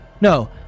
No